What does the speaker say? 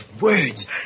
words